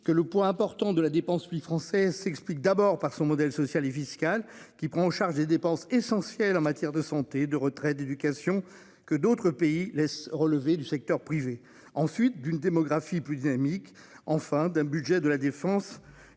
que le point important de la dépense lui. Français s'explique d'abord par son modèle social et fiscal qui prend en charge les dépenses essentielles en matière de santé de retrait d'éducation que d'autres pays relever du secteur privé ensuite d'une démographie plus dynamique en enfin d'un budget de la défense.